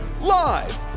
Live